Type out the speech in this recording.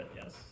yes